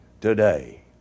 today